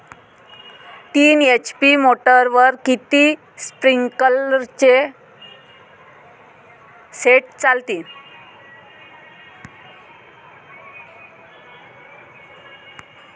तीन एच.पी मोटरवर किती स्प्रिंकलरचे सेट चालतीन?